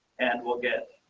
and we'll get